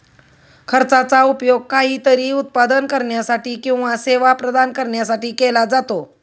खर्चाचा उपयोग काहीतरी उत्पादन करण्यासाठी किंवा सेवा प्रदान करण्यासाठी केला जातो